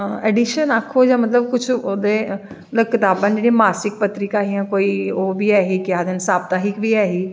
addition आक्खो जां कुश ओह्दे कताबां न जेह्ड़ियां मासिक पत्तरिकां हियां कोई ओह् बी ऐसी केह् आखदे नी साप्ताहिक बी ऐही